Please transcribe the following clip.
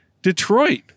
detroit